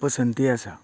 पसंती आसा